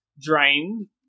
drained